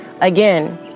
again